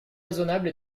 raisonnable